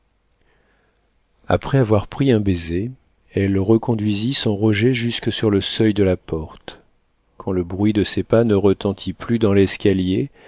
après avoir pris un baiser elle reconduisit son roger jusque sur le seuil de la porte quand le bruit de ses pas ne retentit plus dans l'escalier